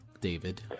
David